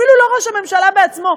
אפילו לא ראש הממשלה בעצמו,